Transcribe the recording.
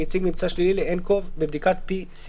אם הציג ממצא שלילי לאלקוב בבדיקת PCR